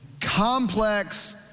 complex